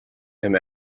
him